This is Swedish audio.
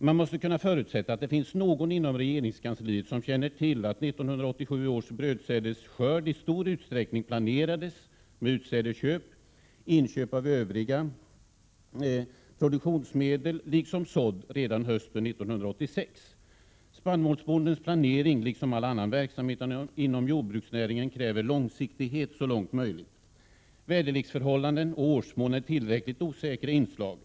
Man måste kunna förutsätta att det finns någon inom regeringskansliet som känner till att 1987 års brödsädesskörd i stor utsträckning planerades med utsädesköp, inköp av övriga produktionsmedel liksom sådd redan hösten 1986. Spann målsbondens planering liksom all annan verksamhet inom jordbruksnäring — Prot. 1987/88:132 en kräver långsiktighet i så stor utsträckning som möjligt. Väderleksförhål 2 juni 1988 landen och årsmån är tillräckligt osäkra inslag.